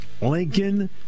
Lincoln